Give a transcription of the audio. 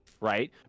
right